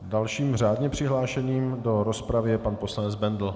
Dalším řádně přihlášeným do rozpravy je pan poslanec Bendl.